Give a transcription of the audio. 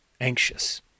anxious